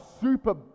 super